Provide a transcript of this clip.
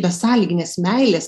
besąlyginės meilės